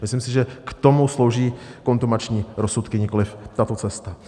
Myslím si, že k tomu slouží kontumační rozsudky, nikoliv tato cesta.